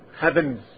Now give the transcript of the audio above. heavens